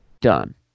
done